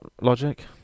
Logic